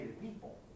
people